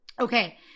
okay